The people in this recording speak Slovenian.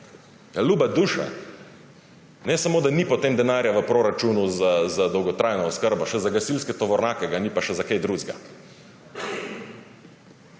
ljuba duša! Ne samo, da ni potem denarja v proračunu za dolgotrajno oskrbo, še za gasilske tovornjake ga ni, pa še za kaj drugega.